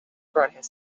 throughout